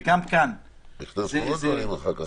וגם כאן --- הכנסנו עוד דברים אחר כך.